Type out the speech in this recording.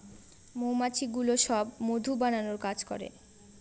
মৌমাছিগুলো সব মধু বানানোর কাজ করে